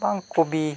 ᱵᱟᱝ ᱠᱚᱯᱤ